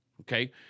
okay